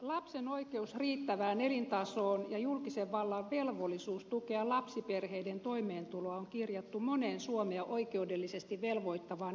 lapsen oikeus riittävään elintasoon ja julkisen vallan velvollisuus tukea lapsiperheiden toimeentuloa on kirjattu moneen suomea oikeudellisesti velvoittavaan ihmisoikeussopimukseen